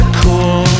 cool